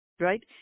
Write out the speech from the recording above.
Right